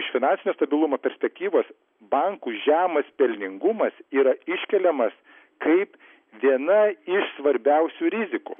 iš finansinio stabilumo perspektyvos bankų žemas pelningumas yra iškeliamas kaip viena iš svarbiausių rizikų